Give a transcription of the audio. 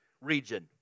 region